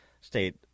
state